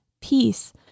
peace